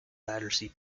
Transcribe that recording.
battersea